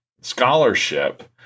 scholarship